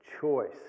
choice